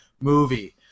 movie